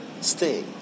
stay